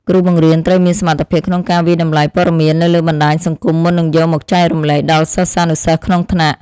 គ្រូបង្រៀនត្រូវមានសមត្ថភាពក្នុងការវាយតម្លៃព័ត៌មាននៅលើបណ្តាញសង្គមមុននឹងយកមកចែករំលែកដល់សិស្សានុសិស្សក្នុងថ្នាក់។